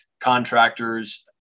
contractors